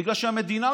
בגלל שהמדינה,